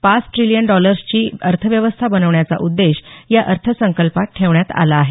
पाच ट्रिलियन डॉलर्सची अर्थव्यवस्था बनवण्याचा उद्देश या अर्थसंकल्पात ठेवण्यात आला आहे